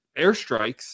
airstrikes